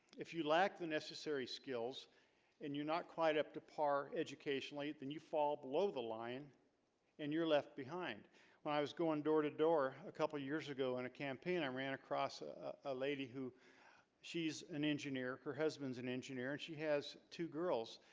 if you lack the necessary skills and you're not quite up to par educationally then you fall below the line and you're left behind when i was going door to door a couple years ago in a campaign i ran across ah a lady who she's an engineer her husband's an engineer and she has two girls,